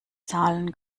zahlen